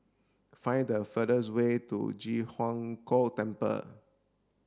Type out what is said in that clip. find the fastest way to Ji Huang Kok Temple